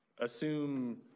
assume